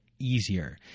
easier